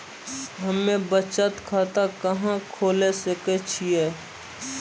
हम्मे बचत खाता कहां खोले सकै छियै?